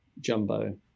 jumbo